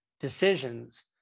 decisions